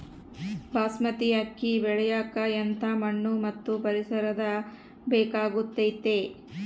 ಬಾಸ್ಮತಿ ಅಕ್ಕಿ ಬೆಳಿಯಕ ಎಂಥ ಮಣ್ಣು ಮತ್ತು ಪರಿಸರದ ಬೇಕಾಗುತೈತೆ?